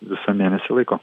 visą mėnesį laiko